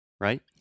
right